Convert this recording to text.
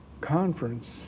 conference